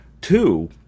Two